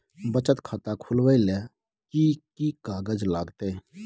बचत खाता खुलैबै ले कि की कागज लागतै?